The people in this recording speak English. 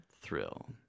thrill